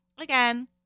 Again